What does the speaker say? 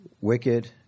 wicked